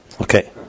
Okay